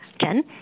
Jen